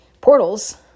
portals